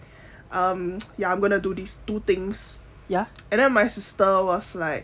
um ya I'm gonna do these two things ya and then my sister was like